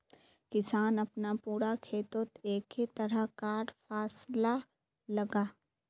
किसान अपना पूरा खेतोत एके तरह कार फासला लगाः